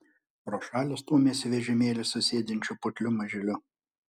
pro šalį stūmėsi vežimėlį su sėdinčiu putliu mažyliu